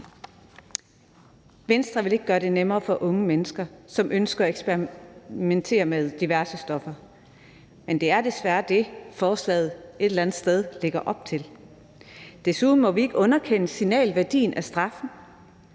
Venstre vil ikke gøre det nemmere for unge mennesker, som ønsker at eksperimentere med diverse stoffer. Men det er desværre det, forslaget et eller andet sted lægger op til. Desuden må vi ikke underkende signalværdien af straffen.